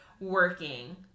working